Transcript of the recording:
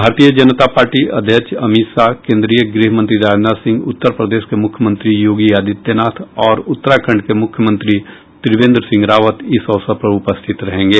भारतीय जनता पार्टी अध्यक्ष अमित शाह केन्द्रीय गृहमंत्री राजनाथ सिंह उत्तर प्रदेश के मुख्यमंत्री योगी आदित्यनाथ और उत्तराखण्ड के मुख्यमंत्री त्रिवेन्द्र सिंह रावत इस अवसर पर उपस्थित रहेंगे